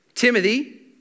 Timothy